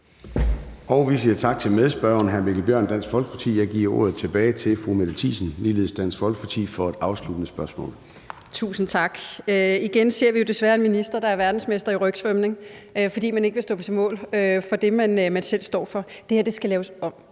Vi siger tak til medspørgeren, hr. Mikkel Bjørn, Dansk Folkeparti. Jeg giver igen ordet til fru Mette Thiesen, ligeledes Dansk Folkeparti, for et afsluttende spørgsmål. Kl. 14:08 Mette Thiesen (DF): Tusind tak. Igen ser vi jo desværre en minister, der er verdensmester i rygsvømning, for man vil ikke stå på mål for det, man står for. Det her skal laves om,